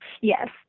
Yes